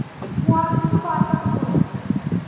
مےٚ اوس یہِ وردن سُوُن